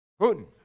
Putin